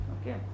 Okay